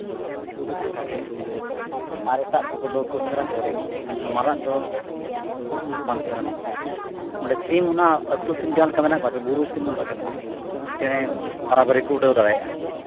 ᱚᱱᱠᱟᱜᱮ ᱟᱨ ᱮᱴᱟᱜ ᱠᱚᱫᱚ ᱠᱚ ᱥᱮᱸᱫᱽᱨᱟ ᱠᱚ ᱨᱮᱦᱚᱸ ᱢᱮᱱᱠᱷᱟᱱ ᱢᱟᱨᱟᱫ ᱫᱚ ᱵᱟᱝ ᱥᱮᱫᱽᱨᱟ ᱢᱮᱱᱛᱮ ᱱᱚᱰᱮ ᱥᱤᱢ ᱦᱚᱱᱟᱜ ᱟᱹᱛᱩ ᱥᱤᱢ ᱡᱟᱦᱟᱸ ᱞᱮᱠᱟ ᱢᱮᱱᱟᱜ ᱠᱚᱣᱟ ᱥᱮ ᱵᱩᱨᱩ ᱥᱤᱢ ᱦᱚᱸ ᱚᱱᱠᱟᱜᱮ ᱢᱮᱱᱟᱜ ᱠᱚᱣᱟ ᱩᱱᱠᱩ ᱦᱚᱸ ᱪᱮᱬᱮ ᱵᱟᱨᱟᱵᱟᱹᱨᱤ ᱠᱚ ᱩᱰᱟᱹᱣ ᱫᱟᱲᱮᱭᱟᱜᱼᱟ